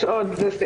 יש עוד.